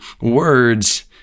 words